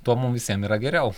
tuo mum visiem yra geriau